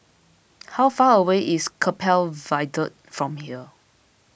how far away is Keppel Viaduct from here